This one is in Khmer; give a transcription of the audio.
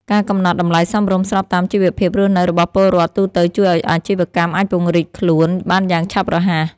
ការកំណត់តម្លៃសមរម្យស្របតាមជីវភាពរស់នៅរបស់ពលរដ្ឋទូទៅជួយឱ្យអាជីវកម្មអាចពង្រីកខ្លួនបានយ៉ាងឆាប់រហ័ស។